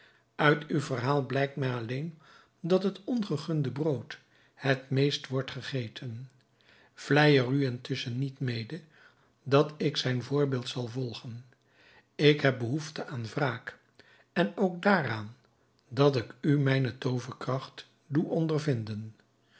uit uw verhaal blijkt mij alleen dat het ongegunde brood het meest wordt gegeten vlei er u intusschen niet mede dat ik zijn voorbeeld zal volgen ik heb behoefte aan wraak en ook daaraan dat ik u mijne tooverkracht doe ondervinden